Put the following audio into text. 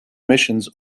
missions